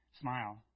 smile